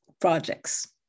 projects